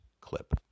clip